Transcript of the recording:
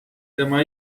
tema